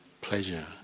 pleasure